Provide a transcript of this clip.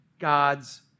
God's